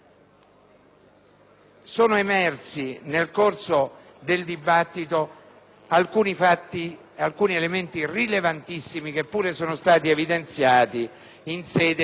Sono emersi, nel corso del dibattito, alcuni elementi rilevantissimi che pure sono stati evidenziati in sede di